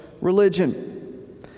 religion